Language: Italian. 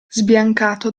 sbiancato